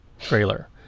trailer